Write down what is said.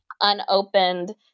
unopened